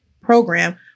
program